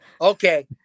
Okay